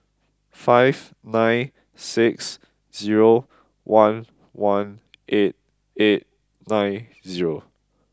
five nine six zero one one eight eight nine zero